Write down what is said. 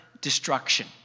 destruction